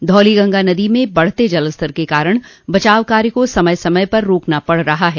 धौली गंगा नदी में बढ़ते जलस्तर के कारण बचाव कार्य को समय समय पर रोकना पड़ रहा है